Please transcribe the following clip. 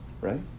right